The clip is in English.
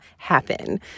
happen